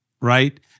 right